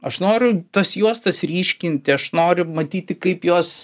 aš noriu tas juostas ryškinti aš noriu matyti kaip jos